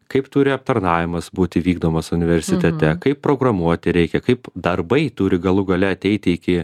kaip turi aptarnavimas būti vykdomas universitete kaip programuoti reikia kaip darbai turi galų gale ateiti iki